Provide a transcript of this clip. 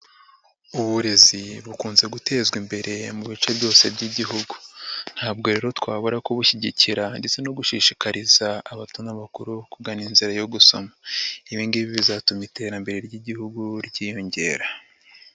Uburezi bukunze gutezwa imbere mu bice byose by'Igihugu, ntabwo rero twabura kubushyigikira ndetse no gushishikariza abato n'abakuru kugana inzira yo gusoma. Ibi ngibi bizatuma iterambere ry'Igihugu ryiyongera.